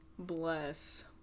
bless